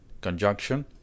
Conjunction